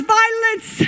violence